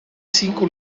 cinco